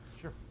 Sure